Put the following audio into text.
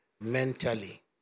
mentally